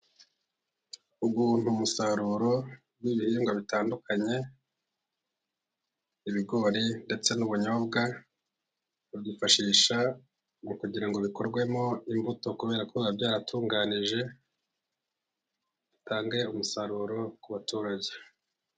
Uwo ni umusaruro w'ibihingwa bitandukanye, ibigori ndetse n'ubunyobwa, babyifashisha ngo kugira ngo bikorwemo imbuto kubera ko biba byaratunganijwe, bitange umusaruro ku baturage.